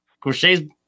crochet's